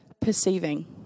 perceiving